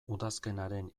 udazkenaren